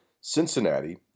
Cincinnati